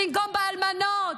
במקום באלמנות,